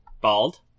Bald